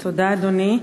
תודה, אדוני.